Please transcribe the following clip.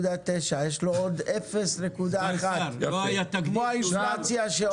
2.9, יש לא עוד 0.1, כמו האינפלציה שעולה.